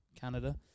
Canada